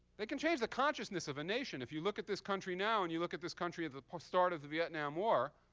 they can change the consciousness of a nation. if you look at this country now and you look at this country at the start of the vietnam war,